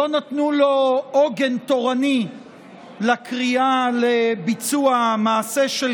לא נתנה לו עוגן תורני לקריאה לביצוע מעשה של